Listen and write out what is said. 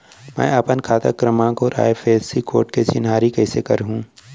मैं अपन खाता क्रमाँक अऊ आई.एफ.एस.सी कोड के चिन्हारी कइसे करहूँ?